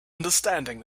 understanding